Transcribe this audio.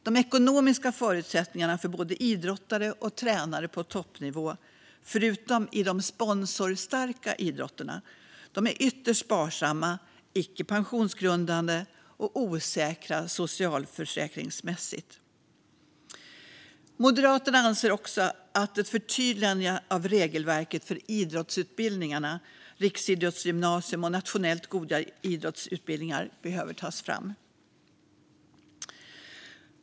De ekonomiska förutsättningarna för både idrottare och tränare på toppnivå är, förutom i de sponsorstarka idrotterna, ytterst sparsamma, icke pensionsgrundande och osäkra socialförsäkringsmässigt. Moderaterna anser att ett förtydligande av regelverket för idrottsutbildningarna riksidrottsgymnasium och nationellt godkända idrottsutbildningar behöver tas fram.